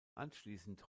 anschließend